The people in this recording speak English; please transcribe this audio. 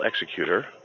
executor